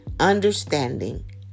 Understanding